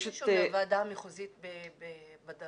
יש מישהו מהוועדה המחוזית בדרום?